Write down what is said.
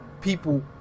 People